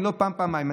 אם לא, פעם-פעמיים.